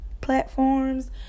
platforms